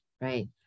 right